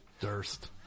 durst